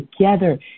together